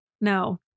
No